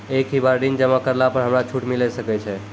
एक ही बार ऋण जमा करला पर हमरा छूट मिले सकय छै?